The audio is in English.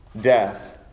death